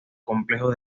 complejo